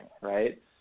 right